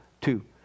two